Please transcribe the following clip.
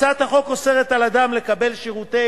הצעת החוק אוסרת על אדם לקבל שירותי